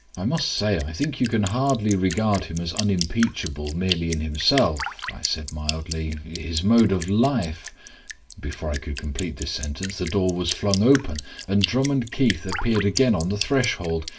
i must say, i think you can hardly regard him as unimpeachable merely in himself, i said mildly his mode of life before i could complete the sentence the door was flung open and drummond keith appeared again on the threshold,